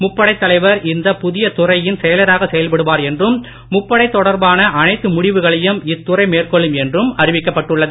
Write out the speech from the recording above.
முப்படைத் தலைவர் இந்த புதிய துறையின் செயலராக செயல்படுவார் என்றும் முப்படை தொடர்பான அனைத்து மேற்கொள்ளும் முடிவுகளையும் இத்துறை என்றும் அறிவிக்கப்பட்டுள்ளது